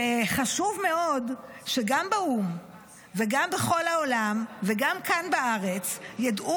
וחשוב מאוד שגם באו"ם וגם בכל העולם וגם כאן בארץ ידעו